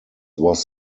was